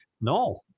No